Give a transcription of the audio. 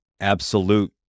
absolute